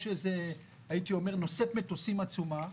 הייתי אומר נושאת מטוסים עצומה,